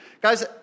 Guys